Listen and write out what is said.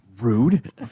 rude